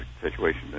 situation